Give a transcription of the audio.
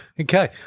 Okay